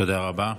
תודה רבה.